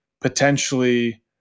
potentially